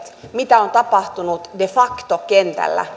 mitä on tapahtunut de facto kentällä